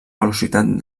velocitat